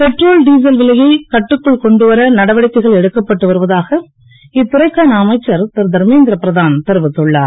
petrol diesel விலையை கட்டுக்குள் கொண்டு வர நடவடிக்கைகள் எடுக்கப்பட்டு வருவதாக இத்துறைக்கான அமைச்சர் ரு தர்மேந் ரபிரதான் தெரிவித்துள்ளார்